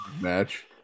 Match